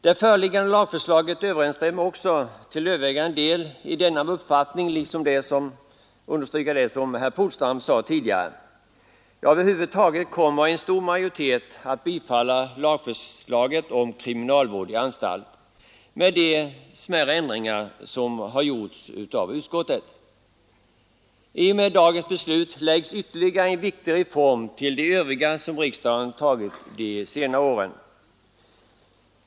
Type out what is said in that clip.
Det föreliggande lagförslaget överensstämmer till övervägande del med denna vår uppfattning, vilket herr Polstam tidigare i debatten sagt. Över huvud taget kommer en stor majoritet att bifalla lagförslaget om kriminalvård i anstalt med de smärre ändringar som utskottet vill göra. I och med dagens beslut läggs ytterligare en viktig reform till de övriga som riksdagen tagit de senare åren.